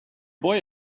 boy